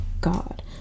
god